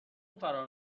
فرار